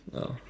yeah